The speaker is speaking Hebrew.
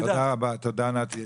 תודה נתי.